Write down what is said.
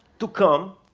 to come,